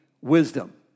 wisdom